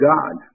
God